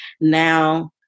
now